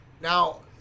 Now